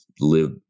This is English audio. live